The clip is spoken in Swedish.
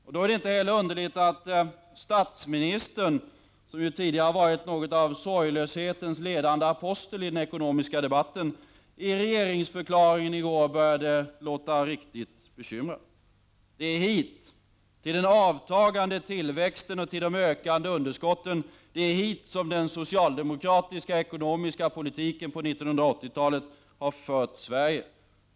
Det är då inte heller underligt att statsministern — som ju tidigare varit något av en sorglöshetens ledande apostel i den ekonomiska debatten — i regeringsförklaringen i går började låta riktigt bekymrad. Det är hit — till den avtagande tillväxten och till de ökande underskotten — som den socialdemokratiska ekonomiska politiken under 1980-talet har fört Sverige.